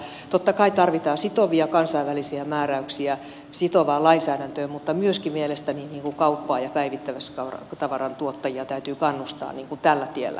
totta kai tarvitaan sitovia kansainvälisiä määräyksiä sitovaa lainsäädäntöä mutta myöskin mielestäni kauppaa ja päivittäistavaran tuottajia täytyy kannustaa tällä tiellä etenemään